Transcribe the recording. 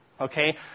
Okay